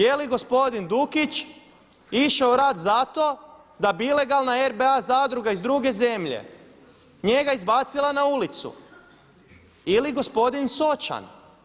Jeli gospodin Dukić išao u rat zato da bi ilegalna RBA Zadruga iz druge zemlje njega izbacila na ulicu ili gospodin Sočan?